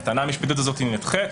הטענה המשפטית הזאת נדחית,